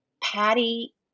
Patty